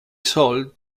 sold